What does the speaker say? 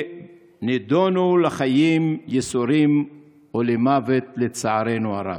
שנידונו לחיי ייסורים או למוות, לצערנו הרב.